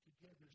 together